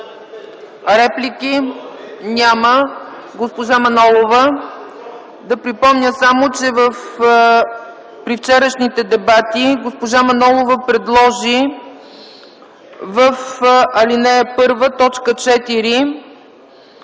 Реплики? Няма. Госпожа Манолова. Да припомня само, че при вчерашните дебати госпожа Манолова предложи в ал. 1,